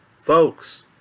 Folks